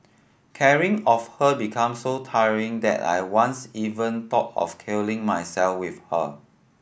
caring of her become so tiring that I once even thought of killing myself with her